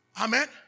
Amen